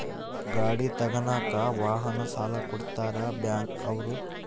ಗಾಡಿ ತಗನಾಕ ವಾಹನ ಸಾಲ ಕೊಡ್ತಾರ ಬ್ಯಾಂಕ್ ಅವ್ರು